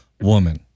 woman